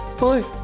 bye